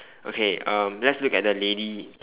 okay um let's look at the lady